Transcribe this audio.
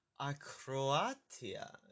acroatia